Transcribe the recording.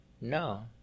no